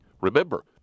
remember